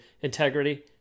integrity